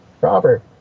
Robert